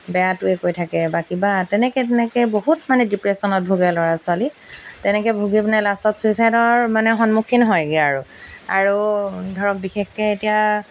বেয়াটোৱে কৈ থাকে বা কিবা তেনেকৈ তেনেকৈ বহুত মানে ডিপ্ৰেশ্যনত ভোগে ল'ৰা ছোৱালী তেনেকৈ ভুগি পিনে লাষ্টত ছুইচাইডৰ মানে সন্মুখীন হয়গৈ আৰু আৰু ধৰক বিশেষকৈ এতিয়া